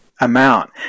amount